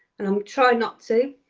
and i'll try not to.